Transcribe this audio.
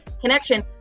connection